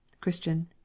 Christian